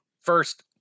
first